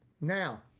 Now